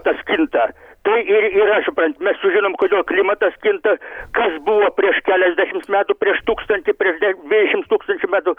tas kinta tai ir yra supranti mes sužinom kodėl klimatas kinta kas buvo prieš keliasdešims metų prieš tūkstantį prieš de dvidešims tūkstančių metų